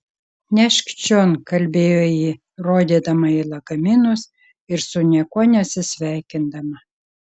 nešk čion kalbėjo ji rodydama į lagaminus ir su niekuo nesisveikindama